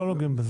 לא נוגעים בזה.